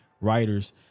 writers